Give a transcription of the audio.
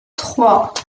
trois